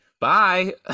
bye